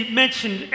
mentioned